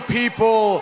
people